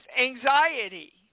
anxiety